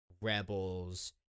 Rebels